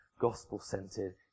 gospel-centered